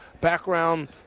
background –